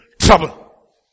trouble